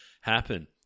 happen